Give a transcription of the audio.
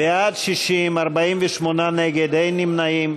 בעד, 60, 48 נגד, אין נמנעים.